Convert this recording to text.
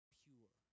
pure